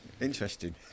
Interesting